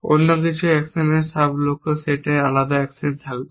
অন্য কিছু অ্যাকশনের সাব লক্ষ্য সেটে আলাদা অ্যাকশন থাকবে